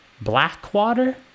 Blackwater